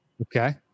Okay